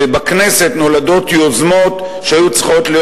שבכנסת נולדות יוזמות שהיו צריכות להיות